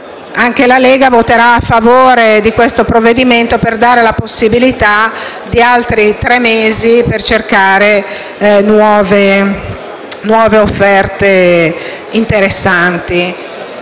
della Lega voterà a favore di questo provvedimento per dare la possibilità di altri tre mesi per la ricerca di nuove offerte interessanti.